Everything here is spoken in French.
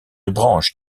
branche